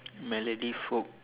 melody folk